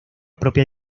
propia